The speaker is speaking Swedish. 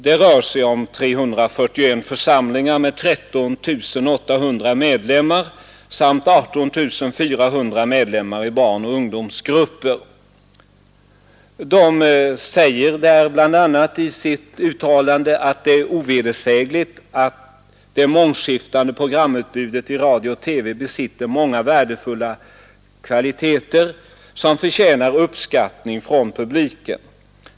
Det rör sig om ett samfund med 13 800 medlemmar i 341 församlingar samt med 18 400 medlemmar i barnoch ungdomsgrupper. Man framhåller i sitt uttalande bl.a. följande: ”Det är ovedersägligt, att det mångsyftande programutbudet i radio/TV besitter många värdefulla kvaliteter, som förtjänar uppskattning från publiken.